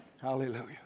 Hallelujah